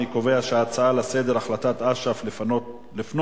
אני קובע שההצעה לסדר-היום בנושא: החלטת אש"ף לפנות